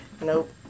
nope